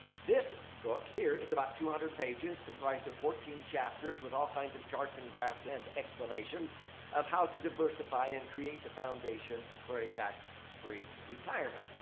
this book here is about two hundred pages comprised of fourteen chapters with all kinds of charts and graphs and explanations of how to diversify and create the foundation for a tax-free retirement.